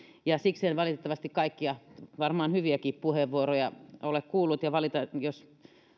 siksi en valitettavasti kaikkia varmaan hyviäkään puheenvuoroja ole kuullut ja valitan jos